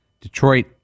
Detroit